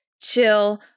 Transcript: chill